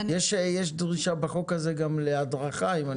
יש דרישה בחוק הזה גם להדרכה, אם אני זוכר.